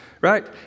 Right